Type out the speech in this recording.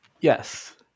Yes